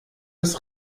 des